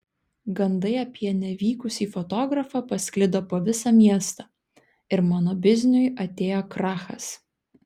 gandai apie nevykusį fotografą pasklido po visą miestą ir mano bizniui atėjo krachas